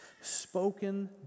spoken